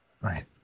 Right